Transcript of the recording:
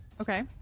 Okay